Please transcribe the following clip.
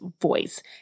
voice